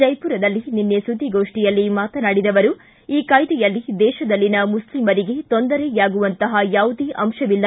ಜೈಪೂರ್ದಲ್ಲಿ ನಿನ್ನೆ ಸುದ್ದಿಗೋಷ್ಠಿಯಲ್ಲಿ ಮಾತನಾಡಿದ ಅವರು ಈ ಕಾಯ್ದೆಯಲ್ಲಿ ದೇಶದಲ್ಲಿನ ಮುಸ್ಲಿಮರಿಗೆ ತೊಂದರೆಯಾಗುವಂತಹ ಯಾವುದೇ ಅಂಶವಿಲ್ಲ